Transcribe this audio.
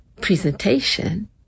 presentation